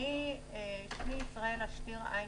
שמי ישראלה שטיר-איינשטיין,